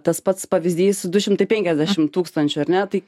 tas pats pavyzdys du šimtai penkiasdešim tūkstančių ar ne tai